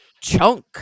Chunk